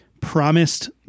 promised